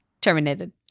terminated